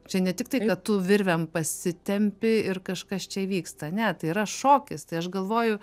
čia ne tiktai kad tu virvėm pasitempi ir kažkas čia vyksta ne tai yra šokis tai aš galvoju